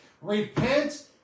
Repent